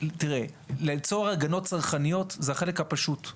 ליצור הגנות צרכניות זה החלק הפשוט;